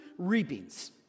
reapings